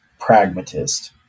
pragmatist